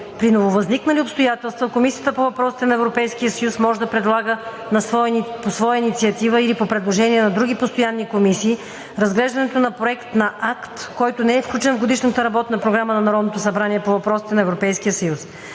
При нововъзникнали обстоятелства Комисията по въпросите на Европейския съюз може да предлага по своя инициатива или по предложение на други постоянни комисии разглеждането на проект на акт, който не е включен в Годишната работна програма на Народното събрание по въпросите на